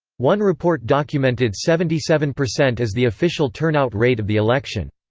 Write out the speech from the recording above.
one report documented seventy seven percent as the official turnout rate of the election.